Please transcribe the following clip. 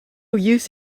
use